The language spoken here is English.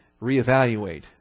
reevaluate